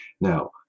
now